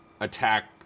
attack